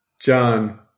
John